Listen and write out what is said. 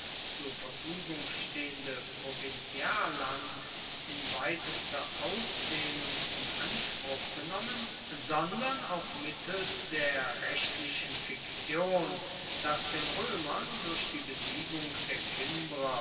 zur verfügung stehende provinzialland in weitester ausdehnung in anspruch genommen sondern auch mittels der rechtlichen fiktion daß den römern durch die besiegung der kimbrer